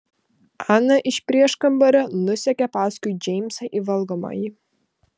ana iš prieškambario nusekė paskui džeimsą į valgomąjį